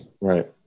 Right